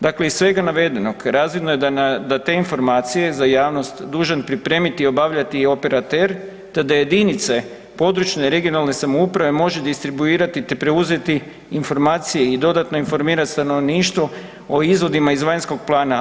Dakle, iz svega navedenog razvidno je da te informacije za javnost dužan pripremiti i obavljati i operater te da jedinice područne i regionalne samouprave može distribuirati te preuzeti informacije i dodatno informirati stanovništvo o izvodima iz vanjskog plana.